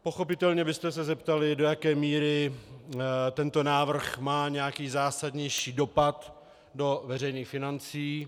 Pochopitelně byste se zeptali, do jaké míry tento návrh má nějaký zásadnější dopad do veřejných financí.